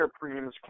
premiums